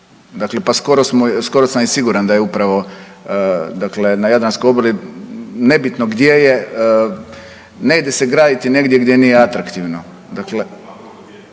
Dakle pa skoro sam i siguran da je upravo dakle na Jadranskoj obali. Nebitno gdje je. Ne ide se graditi negdje gdje nije atraktivno.